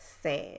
sad